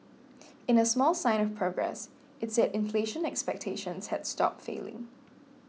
in a small sign of progress it said inflation expectations had stopped falling